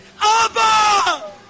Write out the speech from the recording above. Abba